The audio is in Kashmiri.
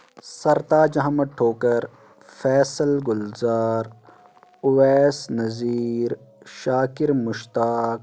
سرتاج احمد ٹھوکر فیصل گلزار اویس نذیر شاکر مشتاق